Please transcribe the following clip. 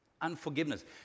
Unforgiveness